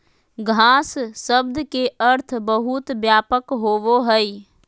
घास शब्द के अर्थ बहुत व्यापक होबो हइ